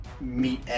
meet